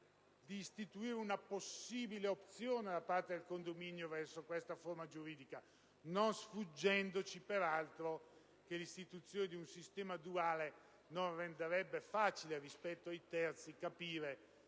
di prevedere una opzione per il condominio verso questa forma giuridica non sfuggendoci, peraltro, che l'istituzione di un sistema duale non renderebbe facile ai terzi capire